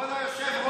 כבוד היושב-ראש,